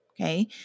Okay